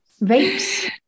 vapes